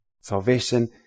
Salvation